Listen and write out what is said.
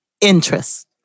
interest